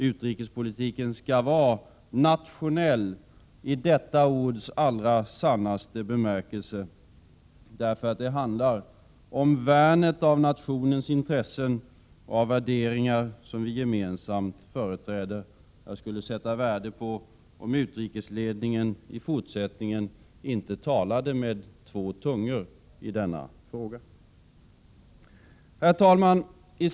Utrikespolitiken skall vara nationell i detta ords allra sannaste bemärkelse. Det handlar om värnet av nationens intressen och av de värderingar vi gemensamt företräder. Jag skulle sätta värde på om utrikesledningen i fortsättningen inte talade med två tungor i denna fråga. Herr talman!